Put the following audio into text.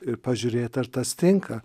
ir pažiūrėt ar tas tinka